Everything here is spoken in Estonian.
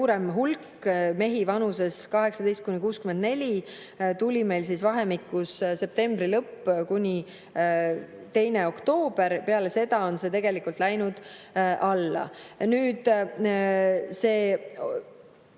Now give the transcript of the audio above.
hulk mehi vanuses 18–64 tuli meile vahemikus septembri lõpp kuni 2. oktoober. Peale seda on see tegelikult läinud alla.